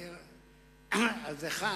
א.